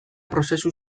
prozesu